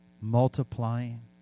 multiplying